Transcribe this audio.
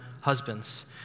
husbands